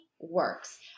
works